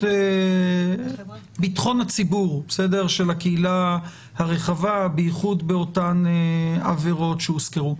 הציבור של הקהילה הרחבה בייחוד באותן עבירות שהוזכרו.